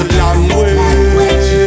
language